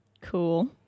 Cool